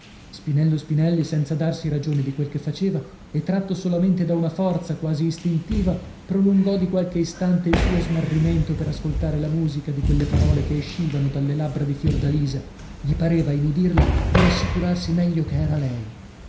spinello spinelli senza darsi ragione di quel che faceva e tratto solamente da una forza quasi istintiva prolungò di qualche istante il suo smarrimento per ascoltare la musica di quelle parole che escivano dalle labbra di fiordalisa gli pareva in udirla di rassicurarsi meglio che era lei